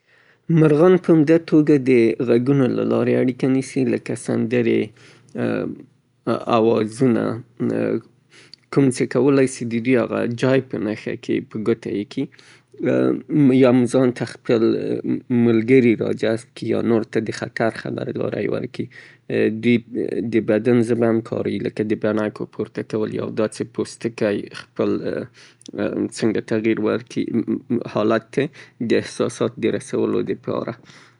مارغان په عمده توګه د غږونو له لارې اړيکه نيسي لکه سندرې، اوازونه کوم چې کولای سي د دوی هغه جای په نښه کي، په ګوته يې کي يا هم ځان ته خپل ملګري را جذب کي يا نورو ته د خطر خبرداری ورکي. دوی د بدن زبه هم کاروي لکه د بڼکو پورته کول يا دا چې پوستکی څنګه خپل تغيير ورکي حالت ته يې د احساسات د رسولو لپاره.